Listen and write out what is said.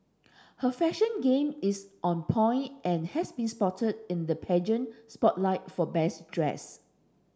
her fashion game is on point and has been spotted in the pageant spotlight for best dressed